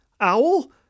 Owl